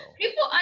people